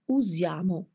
usiamo